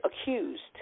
accused